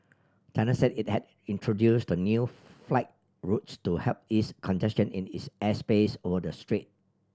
China said it had introduced the new flight routes to help ease congestion in its airspace over the strait